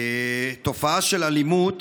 תופעה של אלימות